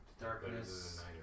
Darkness